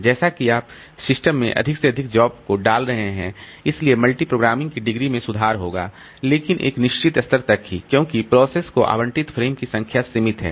जैसा कि आप सिस्टम में अधिक से अधिक जॉब को डाल रहे हैं इसलिए मल्टीप्रोग्रामिंग की डिग्री में सुधार होगा लेकिन एक निश्चित स्तर तक ही क्योंकि प्रोसेस को आवंटित फ्रेम की संख्या सीमित है